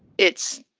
it's,